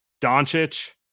Doncic